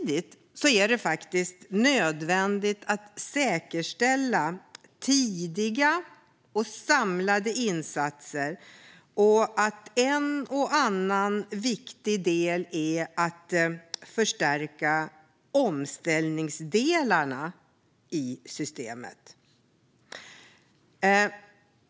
Det är också nödvändigt att säkerställa tidiga och samlade insatser och förstärka omställningsdelarna i systemet.